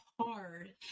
hard